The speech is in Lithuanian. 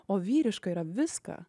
o vyriška yra viską